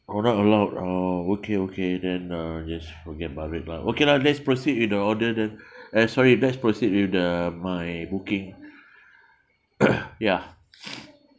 oh not allowed oh okay okay then uh just forget about it lah okay lah let's proceed with the order then eh sorry let's proceed with the my booking ya